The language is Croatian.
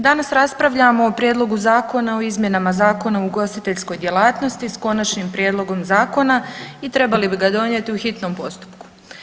Danas raspravljamo o Prijedlogu zakona o izmjenama Zakona o ugostiteljskoj djelatnosti s konačnim prijedlogom zakona i trebali bi ga donijeti u hitnom postupku.